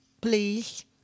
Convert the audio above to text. please